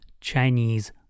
Chinese